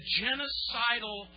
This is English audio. genocidal